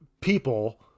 people